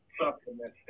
supplements